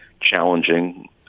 challenging